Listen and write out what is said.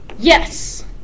Yes